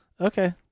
Okay